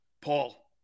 Paul